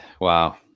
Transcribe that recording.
wow